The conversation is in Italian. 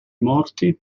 morti